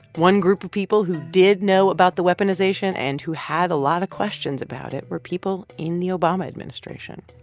one group of people who did know about the weaponization and who had a lot of questions about it were people in the obama administration.